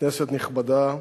כנסת נכבדה,